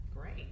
Great